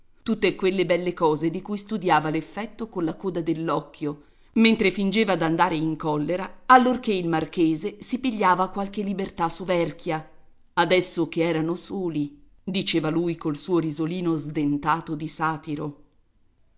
tutte quelle belle cose di cui studiava l'effetto colla coda dell'occhio mentre fingeva d'andare in collera allorché il marchese si pigliava qualche libertà soverchia adesso che erano soli diceva lui col suo risolino sdentato di satiro